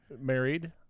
married